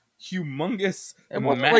humongous